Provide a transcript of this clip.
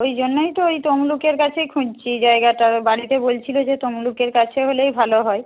ওই জন্যই তো ওই তমলুকের কাছেই খুঁজছি জায়গাটা বাড়িটা বলছিলো যে তমলুকের কাছে হলেই ভালো হয়